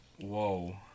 Whoa